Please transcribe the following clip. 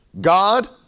God